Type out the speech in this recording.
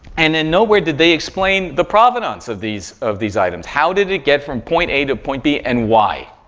and then nowhere did they explain the providence of these of these items. how did it get from point a to point b and why?